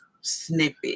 snippet